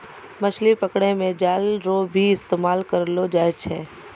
मछली पकड़ै मे जाल रो भी इस्तेमाल करलो जाय छै